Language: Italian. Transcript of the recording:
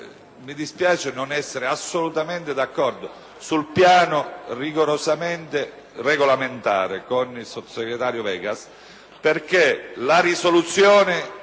mi dispiace non essere assolutamente d'accordo, sul piano rigorosamente regolamentare, con il sottosegretario Vegas. Infatti, la risoluzione